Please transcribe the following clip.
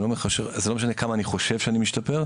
זה לא משנה כמה אני חושב שאני משתפר.